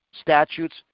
statutes